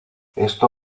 esto